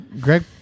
Greg